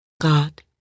God